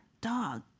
dog